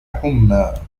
حمى